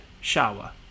shower